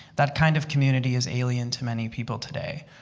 that kind of community is alien to many people today.